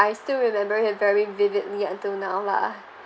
~I still remember it very vividly until now lah